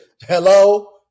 Hello